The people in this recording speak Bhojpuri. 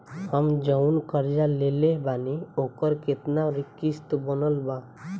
हम जऊन कर्जा लेले बानी ओकर केतना किश्त बनल बा?